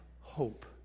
hope